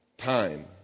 Time